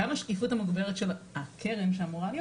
גם השקיפות המוגברת של הקרן שאמורה להיות